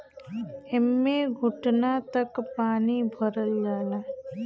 एम्मे घुटना तक पानी भरल जाला